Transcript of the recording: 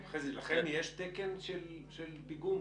חזי, לכם יש תקן של פיגום?